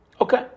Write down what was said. Okay